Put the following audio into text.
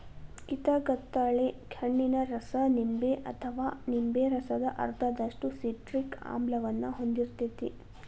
ಕಿತಗತಳೆ ಹಣ್ಣಿನ ರಸ ನಿಂಬೆ ಅಥವಾ ನಿಂಬೆ ರಸದ ಅರ್ಧದಷ್ಟು ಸಿಟ್ರಿಕ್ ಆಮ್ಲವನ್ನ ಹೊಂದಿರ್ತೇತಿ